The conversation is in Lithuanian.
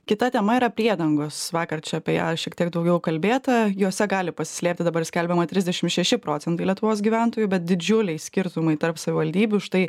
kita tema yra priedangos vakar čia apie ją šiek tiek daugiau kalbėta jose gali pasislėpti dabar skelbiama trisdešimt šeši procentai lietuvos gyventojų bet didžiuliai skirtumai tarp savivaldybių štai